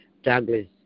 Douglas